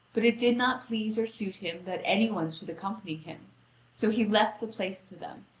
but it did not please or suit him that any one should accompany him so he left the place to them,